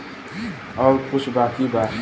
और कुछ बाकी बा?